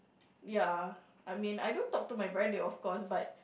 ya I mean I do talk to my brother of course but